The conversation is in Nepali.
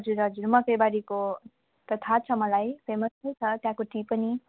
हजुर हजुर मकैबारीको त थाहा छ मलाई फेमस नै छ त्यहाँको टी पनि